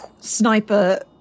sniper